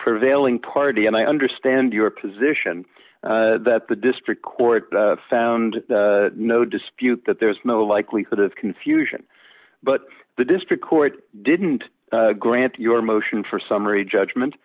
prevailing party and i understand your position that the district court found no dispute that there was no likelihood of confusion but the district court didn't grant your motion for summary judgment